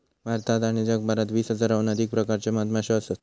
भारतात आणि जगभरात वीस हजाराहून अधिक प्रकारच्यो मधमाश्यो असत